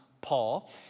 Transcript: Paul